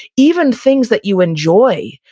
even things that you enjoy,